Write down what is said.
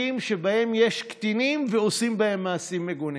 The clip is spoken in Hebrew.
שבהם יש קטינים ועושים בהם מעשים מגונים.